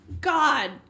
God